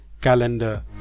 calendar